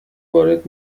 وارد